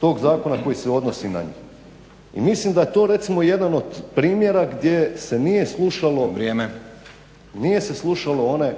tog zakona koji se odnosi na njih. I mislim da je to recimo jedan od primjera gdje se nije slušalo one